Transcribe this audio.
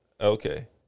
Okay